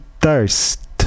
thirst